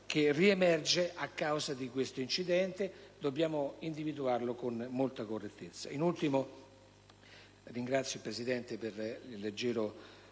che riemerge a causa di questo incidente: dobbiamo individuarlo con molta correttezza.